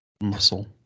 muscle